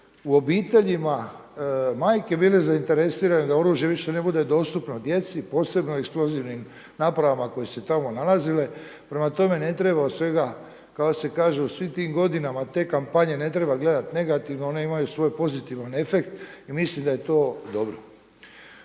u obiteljima majke bile zainteresirane da oružje više ne bude dostupno djeci, posebno eksplozivnim napravama koje su se tamo nalazile. Prema tome, ne treba od svega kako se kaže u svim tim godinama te kampanje ne treba gledat negativno one imaju svoj pozitivan efekt i mislim da je to dobro.